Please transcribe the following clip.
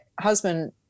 husband